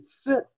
sit